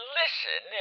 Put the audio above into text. listen